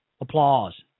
Applause